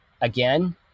again